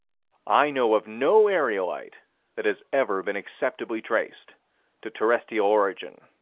i know of no aerolite that has ever been acceptably traced to terrestrial origin.